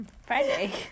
Friday